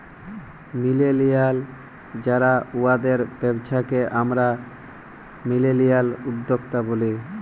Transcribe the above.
millennial যারা উয়াদের ব্যবসাকে আমরা মিলেলিয়াল উদ্যক্তা ব্যলি